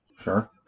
Sure